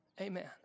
Amen